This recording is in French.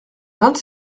vingt